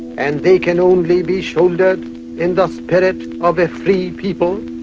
and they can only be shouldered in the spirit of a free people,